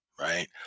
Right